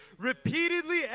repeatedly